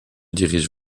dirige